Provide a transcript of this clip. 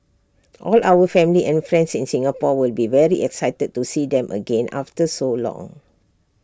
all our family and friends in Singapore will be very excited to see them again after so long